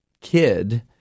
kid